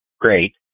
great